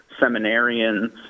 seminarians